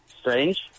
Strange